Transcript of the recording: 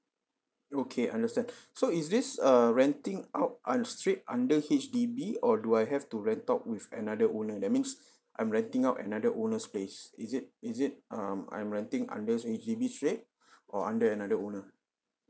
okay I understand so is this err renting out I'm straight under H_D_B or do I have to rent out with another owner that means I'm renting out another owner's place is it is it um I'm renting under H_D_B straight or under another owner